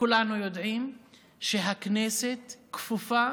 כולם יודעים שהכנסת כפופה